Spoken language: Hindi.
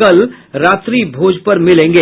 कल रात्रिभोज पर मिलेंगे